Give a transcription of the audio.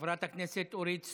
חברת הכנסת אורית סטרוק,